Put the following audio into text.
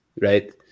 right